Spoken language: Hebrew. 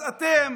אז אתם